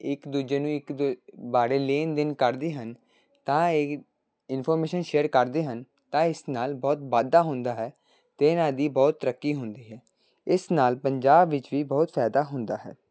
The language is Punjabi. ਇੱਕ ਦੂਜੇ ਨੂੰ ਇੱਕ ਦੂਜੇ ਬਾਰੇ ਲੈਣ ਦੇਣ ਕਰਦੇ ਹਨ ਤਾਂ ਏਗੀ ਇਨਫੋਰਮੇਸ਼ਨ ਸ਼ੇਅਰ ਕਰਦੇ ਹਨ ਤਾਂ ਇਸ ਨਾਲ ਬਹੁਤ ਵਾਧਾ ਹੁੰਦਾ ਹੈ ਅਤੇ ਇਹਨਾਂ ਦੀ ਬਹੁਤ ਤਰੱਕੀ ਹੁੰਦੀ ਹੈ ਇਸ ਨਾਲ ਪੰਜਾਬ ਵਿੱਚ ਵੀ ਬਹੁਤ ਫਾਇਦਾ ਹੁੰਦਾ ਹੈ